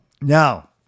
Now